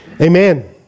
Amen